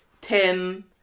Tim